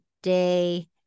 day